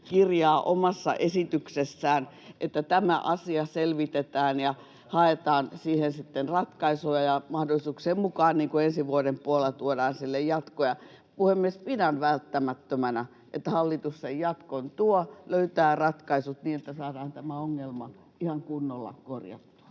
kirjaa, että tämä asia selvitetään ja haetaan siihen sitten ratkaisua ja mahdollisuuksien mukaan ensi vuoden puolella tuodaan sille jatkoa. Puhemies, pidän välttämättömänä, että hallitus sen jatkon tuo, löytää ratkaisut niin, että saadaan tämä ongelma ihan kunnolla korjattua.